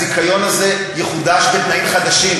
הזיכיון הזה יחודש בתנאים חדשים.